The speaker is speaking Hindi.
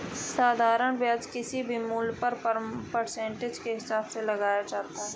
साधारण ब्याज किसी भी मूल्य पर परसेंटेज के हिसाब से लगाया जाता है